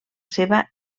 seva